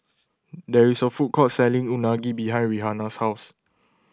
there is a food court selling Unagi behind Rihanna's house